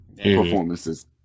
performances